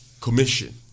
commission